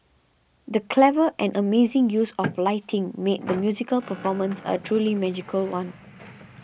the clever and amazing use of lighting made the musical performance a truly magical one